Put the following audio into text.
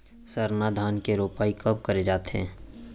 सरना धान के रोपाई कब करे जाथे?